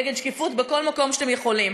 נגד שקיפות בכל מקום שאתם יכולים.